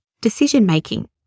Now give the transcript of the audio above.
decision-making